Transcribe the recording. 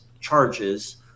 charges